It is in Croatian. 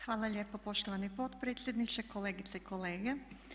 Hvala lijepo poštovani potpredsjedniče, kolegice i kolege.